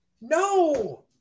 no